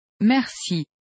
merci